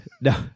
No